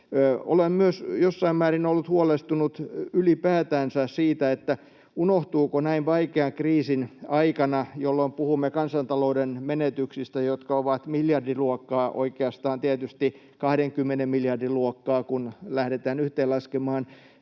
Olen myös jossain määrin ollut huolestunut ylipäätänsä siitä, unohtuuko näin vaikean kriisin aikana, jolloin puhumme kansantalouden menetyksistä, jotka ovat miljardiluokkaa — oikeastaan tietysti 20 miljardin luokkaa, kun lähdetään yhteen laskemaan